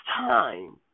time